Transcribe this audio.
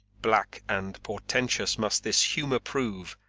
black and portentous must this humour prove,